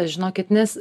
žinokit nes